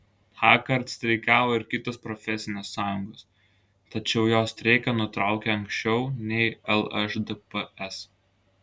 tąkart streikavo ir kitos profesinės sąjungos tačiau jos streiką nutraukė anksčiau nei lšdps